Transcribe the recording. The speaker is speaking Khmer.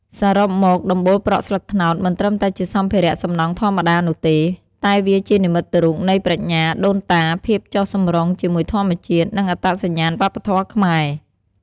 សរុបមក ដំបូលប្រក់ស្លឹកត្នោតមិនត្រឹមតែជាសម្ភារៈសំណង់ធម្មតានោះទេ តែវាជានិមិត្តរូបនៃប្រាជ្ញាដូនតា ភាពចុះសម្រុងជាមួយធម្មជាតិ និងអត្តសញ្ញាណវប្បធម៌ខ្មែរ។